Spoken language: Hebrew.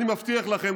אני מבטיח לכם,